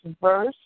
verse